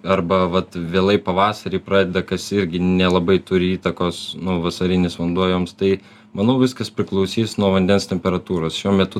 arba vat vėlai pavasarį pradeda kas irgi nelabai turi įtakos nu vasarinis vanduo joms tai manau viskas priklausys nuo vandens temperatūros šiuo metu